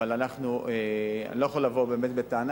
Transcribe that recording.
אני לא יכול לבוא באמת בטענה,